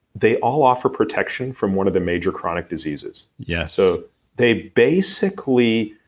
they all offer protection from one of the major chronic diseases yes so they basically,